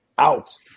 Out